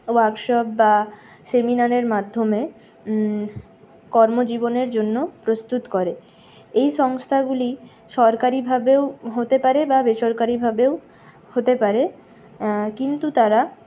workshop বা সেমিনারের মাধ্যমে কর্মজীবনের জন্য প্রস্তুত করে এই সংস্থাগুলি সরকারিভাবেও হতে পারে বা বেসরকারিভাবেও হতে পারে কিন্তু তারা